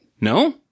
No